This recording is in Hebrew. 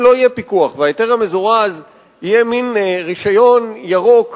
אם לא יהיה פיקוח וההיתר המזורז יהיה מין רשיון ירוק,